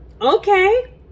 Okay